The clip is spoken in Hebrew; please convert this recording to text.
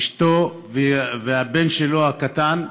אשתו והבן הקטן שלו,